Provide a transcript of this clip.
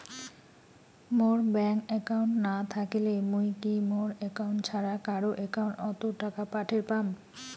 মোর bank account না থাকিলে মুই কি মোর একাউন্ট ছাড়া কারো একাউন্ট অত টাকা পাঠের পাম?